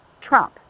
Trump